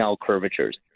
curvatures